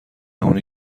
اونی